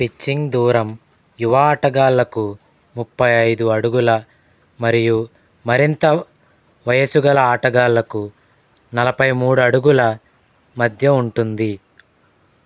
pitching దూరం యువ ఆటగాళ్ళకు ముప్పై ఐదు అడుగులు మరియు మరింత వయస్సు గల ఆటగాళ్ళకు నలభై మూడు అడుగులు మధ్య ఉంటుంది